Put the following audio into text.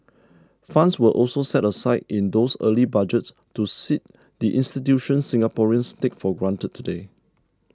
funds were also set aside in those early Budgets to seed the institutions Singaporeans take for granted today